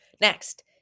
Next